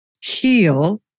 heal